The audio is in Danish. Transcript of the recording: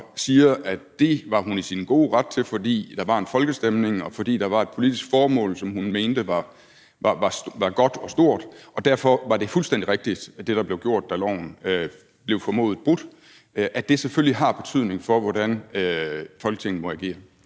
siger, at det var hun i sin gode ret til, fordi der var en folkestemning, og fordi der var et politisk formål, som hun mente var godt og stort, og at det, der blev gjort, da loven blev formodet brudt, var fuldstændig rigtigt, selvfølgelig har betydning for, hvordan Folketinget må agere.